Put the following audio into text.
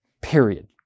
period